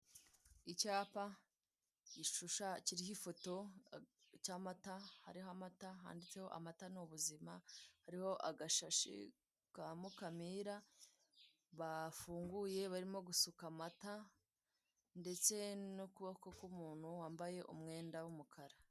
mUuguzi n'umucuruzi bahurira bakaganira ku bijyanye n'ibicuruzwa bigiye bitandukanye, umuguzi akagabanyirixwa agera kuri mirongo itatu ku ijana, bakaba babimugezaho ku buntu ndetse bikaba byizewe.